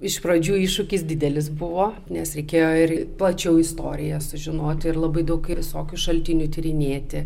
iš pradžių iššūkis didelis buvo nes reikėjo ir plačiau istoriją sužinoti ir labai daug visokių šaltinių tyrinėti